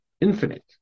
infinite